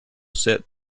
set